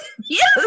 yes